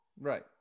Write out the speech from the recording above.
right